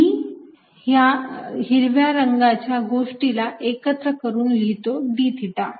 मी ह्या हिरव्या रंगाच्या गोष्टीला एकत्र करून लिहितो d थिटा